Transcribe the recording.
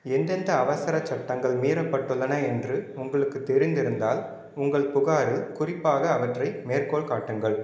எந்தெந்த அவசரச் சட்டங்கள் மீறப்பட்டுள்ளன என்று உங்களுக்குத் தெரிந்திருந்தால் உங்கள் புகாரில் குறிப்பாக அவற்றை மேற்கோள் காட்டுங்கள்